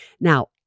Now